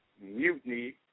mutiny